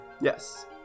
yes